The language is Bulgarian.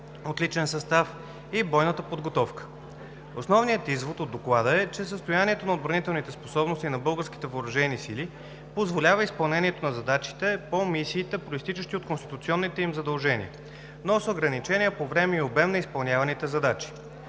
от личен състав и бойната подготовка. Основният извод от Доклада е, че състоянието на отбранителните способности на българските въоръжени сили позволява изпълнението на задачите по мисиите, произтичащи от конституционните им задължения, но с ограничения по време и обем на изпълняваните задачи.